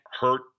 hurt